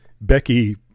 Becky